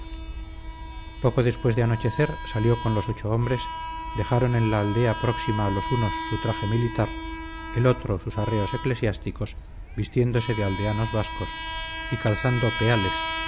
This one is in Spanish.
poco después del anochecer salió con los ocho hombres dejaron en la aldea próxima los unos su traje militar el otro sus arreos eclesiásticos vistiéndose de aldeanos vascos y calzando peales